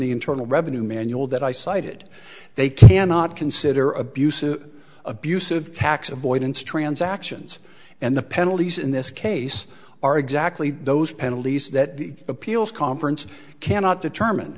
the internal revenue manual that i cited they cannot consider abusive abusive tax avoidance transactions and the penalties in this case are exactly those penalties that the appeals conference cannot determine